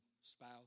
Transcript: spouse